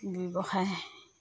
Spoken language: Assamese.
ব্যৱসায়